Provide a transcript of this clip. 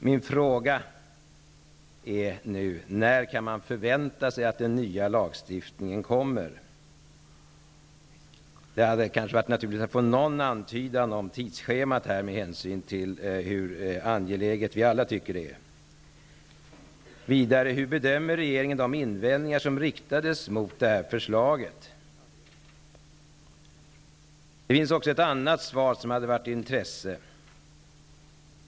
Min fråga nu är: När kan man förvänta sig att den nya lagstiftningen blir klar? Det vore naturligt att få något slags antydan om tidsschemat med tanke på att vi alla tycker att detta är mycket angeläget. Hur bedömer regeringen de invändningar som riktades mot förslaget? Det finns ytterligare en fråga som är intressant att få svar på.